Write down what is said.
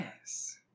Yes